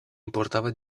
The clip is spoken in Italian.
importava